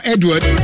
Edward